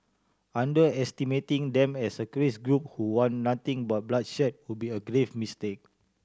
underestimating them as a craze group who want nothing but bloodshed would be a grave mistake